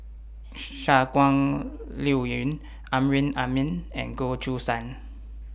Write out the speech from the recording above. Shangguan Liuyun Amrin Amin and Goh Choo San